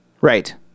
Right